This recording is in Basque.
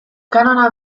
kanona